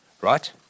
right